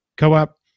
co-op